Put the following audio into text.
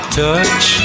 touch